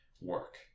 work